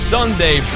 Sunday